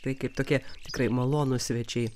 tai kaip tokie tikrai malonūs svečiai